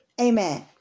Amen